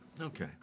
Okay